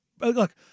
look